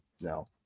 No